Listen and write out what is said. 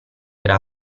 era